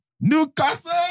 Newcastle